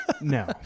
No